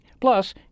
Plus